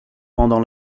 pendant